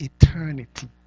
eternity